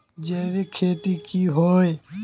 जैविक खेती की होय?